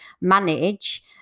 manage